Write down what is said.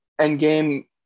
Endgame